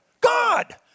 God